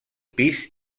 pis